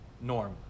norm